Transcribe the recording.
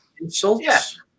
insults